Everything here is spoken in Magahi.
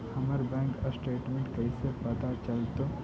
हमर बैंक स्टेटमेंट कैसे पता चलतै?